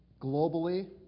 globally